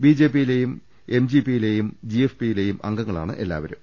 BJP യിലേയും MGP യിലേയും GFP യിലേയും അംഗങ്ങളാണ് എല്ലാവരും